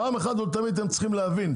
פעם אחת ולתמיד אתם צריכים להבין,